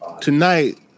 tonight